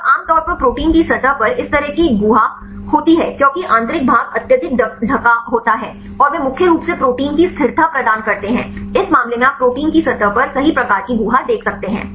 और आम तौर पर प्रोटीन की सतह पर इस तरह की गुहा सही होती है क्योंकि आंतरिक भाग अत्यधिक ढंका होता है और वे मुख्य रूप से प्रोटीन की स्थिरता प्रदान करते हैं इस मामले में आप प्रोटीन की सतह पर सही प्रकार की गुहा देख सकते हैं